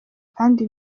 kandi